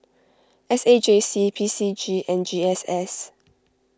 S A J C P C G and G S S